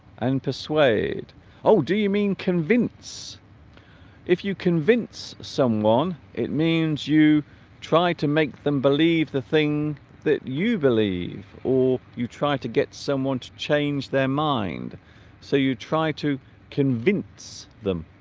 and persuade oh do you mean convinced if you convince someone it means you try to make them believe the thing that you believe or you try to get someone to change their mind so you try to convince them